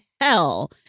hell